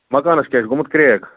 مکانَس کیٛاہ چھُ گوٚمُت کرٛیک